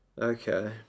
Okay